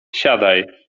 siadaj